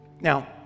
now